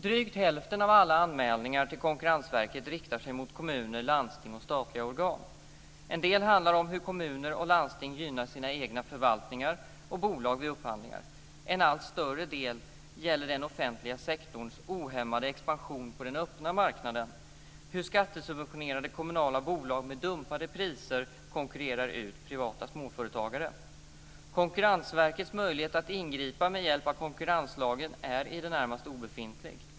Drygt hälften av alla anmälningar till Konkurrensverket riktar sig mot kommuner, landsting och statliga organ. En del handlar om hur kommuner och landsting gynnar sina egna förvaltningar och bolag vid upphandlingar. En allt större del gäller den offentliga sektorns ohämmade expansion på den öppna marknaden, hur skattesubventionerade kommunala bolag med dumpade priser konkurrerar ut privata småföretagare. Konkurrensverkets möjlighet att ingripa med hjälp av konkurrenslagen är i det närmaste obefintlig.